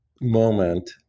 moment